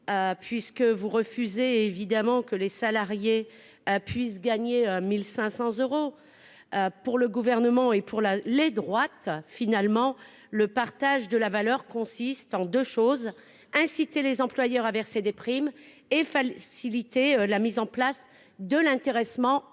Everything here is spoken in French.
politiques. Vous refusez ainsi que les salariés puissent gagner au minimum 1 500 euros. Pour le Gouvernement et pour les droites, le partage de la valeur consiste en deux choses : inciter les employeurs à verser des primes et faciliter la mise en place de l'intéressement